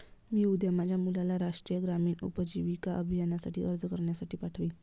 मी उद्या माझ्या मुलाला राष्ट्रीय ग्रामीण उपजीविका अभियानासाठी अर्ज करण्यासाठी पाठवीन